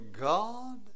God